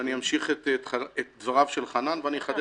אמשיך את דבריו של חנן בליטי ואחדד.